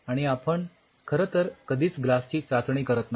आणि आपण खरं तर कधीच ग्लासची चाचणी करत नाही